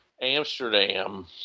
Amsterdam